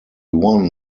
won